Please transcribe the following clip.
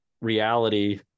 reality